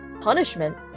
punishment